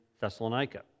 Thessalonica